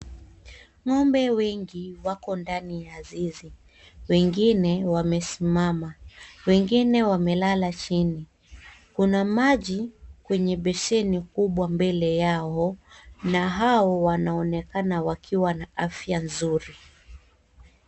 Ng'ombe wengi wako ndani ya zizi, wengine wamesimsma, wengine wamekala chini kuna maji kwenye besheni kubwa mbele yao na hao wanaonekana wakiwa na afya nzuri.